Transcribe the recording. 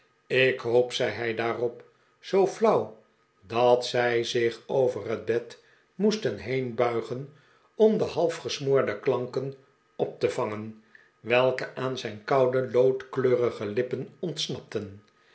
ik hoop zei hij daarop zoo flauw dat zij zich over het bed moesten heenbuigen om de halfgesmoorde klanken op te vangen welke aan zijn koude loodkleurige lippen ontsnapten